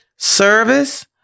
Service